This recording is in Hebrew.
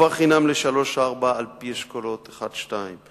חובה חינם לגילאי שלוש-ארבע על-פי אשכולות 1 2,